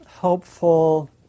helpful